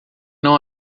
não